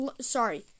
Sorry